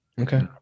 Okay